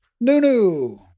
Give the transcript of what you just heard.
Nunu